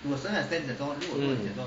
mm